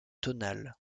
tonale